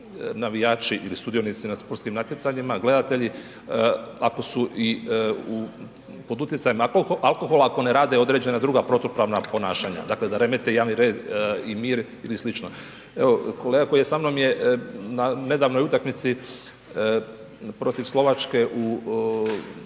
navijači ili sudionici na sportskim natjecanjima, gledati ako su i pod utjecajem alkohola ako ne rade određena druga protupravna ponašanja, dakle da remete javni red i mir ili slično. Evo kolega koji je sa mnom je nedavnoj utakmici protiv Slovačke u